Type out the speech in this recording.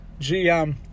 GM